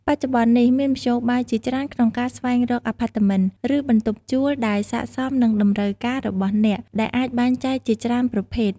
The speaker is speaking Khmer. បច្ចុប្បន្ននេះ មានមធ្យោបាយជាច្រើនក្នុងការស្វែងរកអាផាតមិន ឬបន្ទប់ជួលដែលស័ក្តិសមនឹងតម្រូវការរបស់អ្នក ដែលអាចបែងចែកជាច្រើនប្រភេទ។